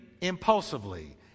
impulsively